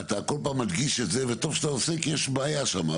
אתה כל פעם מדגיש את זה וטוב שאתה עושה כי יש בעיה שם,